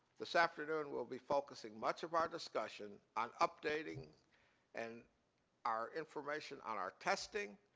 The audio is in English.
this afternoon, we'll be focus ing much of our discussion on updating and our information on our testing,